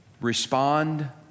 respond